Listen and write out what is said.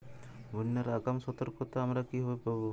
বন্যার আগাম সতর্কতা আমরা কিভাবে পাবো?